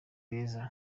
beza